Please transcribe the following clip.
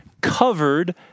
covered